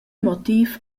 motiv